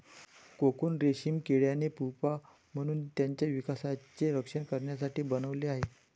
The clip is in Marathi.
कोकून रेशीम किड्याने प्युपा म्हणून त्याच्या विकासाचे रक्षण करण्यासाठी बनवले आहे